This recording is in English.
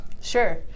Sure